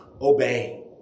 Obey